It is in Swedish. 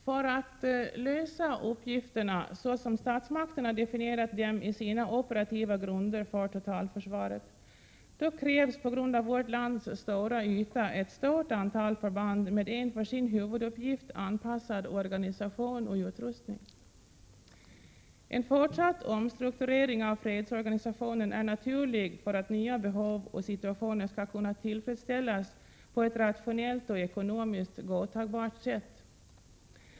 För att vi skall kunna lösa uppgifterna så som statsmakterna definierat dem i sina operativa grunder för totalförsvaret krävs på grund av vårt lands stora yta ett stort antal förband med en för sin huvuduppgift anpassad organisation och utrustning. En fortsatt omstrukturering av fredsorganisationen är naturlig för att nya behov skall kunna tillfredsställas på ett rationellt och ekonomiskt godtagbart sätt.